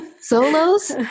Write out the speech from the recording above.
Solos